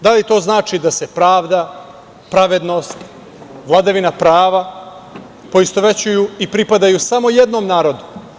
Da li to znači da se pravda, pravednost, vladavina prava, poistovećuju i pripadaju samo jednom narodu?